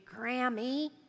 grammy